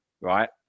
right